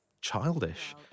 childish